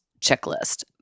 checklist